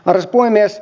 arvoisa puhemies